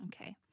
Okay